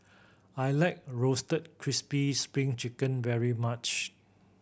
I like Roasted Crispy Spring Chicken very much